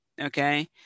Okay